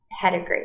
pedigree